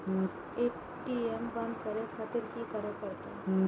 ATM बंद करें खातिर की करें परतें?